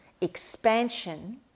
expansion